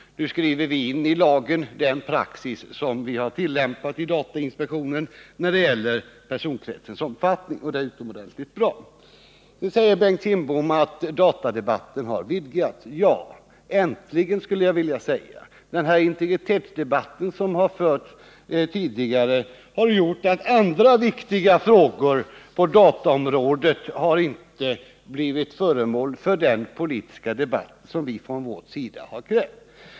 Nu skriver vi in i lagen den praxis som vi har tillämpat i datainspektionen när det gäller personkretsens omfattning, och det är utomordentligt bra. Bengt Kindbom säger att datadebatten har vidgats. Ja, äntligen, skulle jag vilja säga. Den integritetsdebatt som har förts tidigare har gjort att andra viktiga frågor på dataområdet inte har blivit föremål för den politiska debatt som vi har krävt.